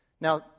Now